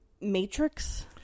Matrix